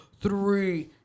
three